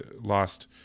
lost